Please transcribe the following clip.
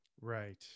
right